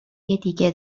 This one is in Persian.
دیگه